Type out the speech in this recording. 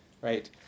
Right